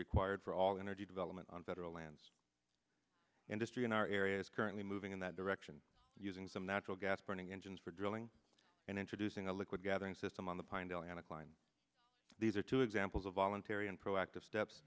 required for all energy development on federal lands industry in our area is currently moving in that direction using some natural gas burning engines for drilling and introducing a liquid gathering system on the pinedale anak line these are two examples of voluntary and proactive steps